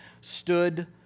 stood